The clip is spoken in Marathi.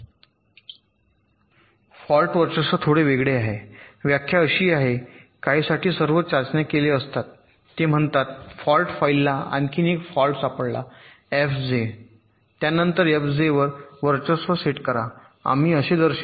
फॉल्ट वर्चस्व थोडे वेगळे आहे व्याख्या अशी आहे काहींसाठी सर्व चाचण्या केल्या असल्यास ते म्हणतात फॉल्ट फाईला आणखी एक फॉल्ट सापडला fj त्यानंतर fj वर वर्चस्व सेट करा आम्ही असे दर्शवितो